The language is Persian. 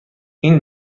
این